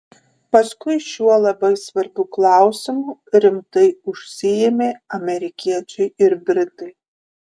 paskui šiuo labai svarbiu klausimu rimtai užsiėmė amerikiečiai ir britai